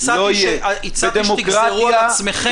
הצעתי שתגזרו על עצמכם.